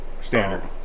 Standard